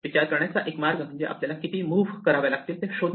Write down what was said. विचार करण्याचा एक मार्ग म्हणजे आपल्याला किती मुव्ह कराव्या लागतील ते शोधणे